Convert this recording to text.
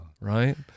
Right